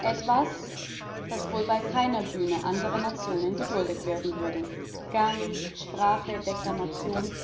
etwas das doch wohl bei keiner bühne anderer nationen geduldet werden würde gang sprache deklamation